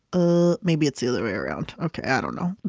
ah maybe it's the other way around. okay. i don't know